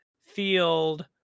field